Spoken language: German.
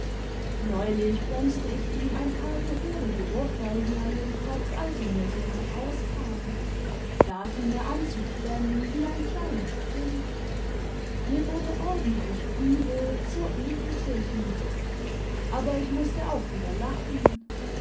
neulich bremste ich ihm ein paar gehörige ohrfeigen an den kopf als er mir so nach haus kam da fing er an zu flennen wie ein kleines kind mir wurde ordentlich übel so ekelte ich mich aber ich mußte auch wieder lachen